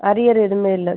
arrear எதுவுமே இல்லை